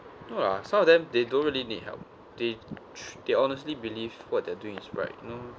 no lah some of them they don't really need help they tr~ they honestly believe what they're doing is right you know